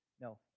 no